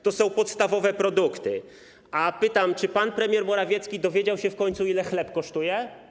To są podstawowe produkty, a pytam, czy pan premier Morawiecki dowiedział się w końcu, ile chleb kosztuje.